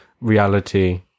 reality